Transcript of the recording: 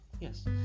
yes